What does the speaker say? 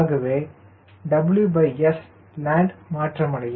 ஆகவே WSLand மாற்றமடையும்